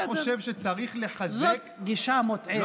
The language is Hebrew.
אתה חושב שצריך לחזק, זאת גישה מוטעית.